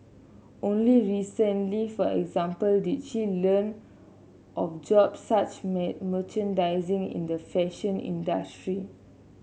only recently for example did she learn of jobs such merchandising in the fashion industry